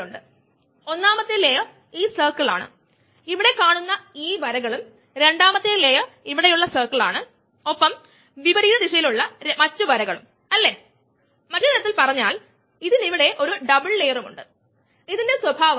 ഇത് ശരാശരി 5 സെക്കൻഡ് ആണ് അത് 6 സെക്കൻഡ് 7 സെക്കൻഡ് 3 സെക്കൻഡ് 4 സെക്കൻഡ് എന്നിങ്ങനെ ആണ് അല്ലെങ്കിൽ 2 സെക്കൻഡ് എന്നിങ്ങനെയാകാം അത് വ്യത്യാസപ്പെടാം